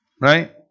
right